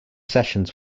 sessions